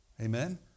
Amen